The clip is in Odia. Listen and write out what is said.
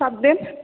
ସାତ ଦିନ